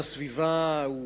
יום הסביבה,